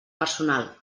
personal